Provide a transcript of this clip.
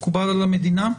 מקובל על המדינה?